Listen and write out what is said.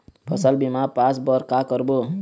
फसल बीमा पास बर का करबो?